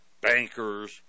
Bankers